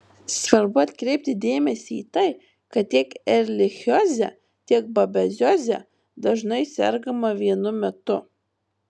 svarbu atkreipti dėmesį į tai kad tiek erlichioze tiek babezioze dažnai sergama vienu metu